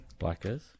Blackers